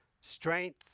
Strength